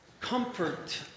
Comfort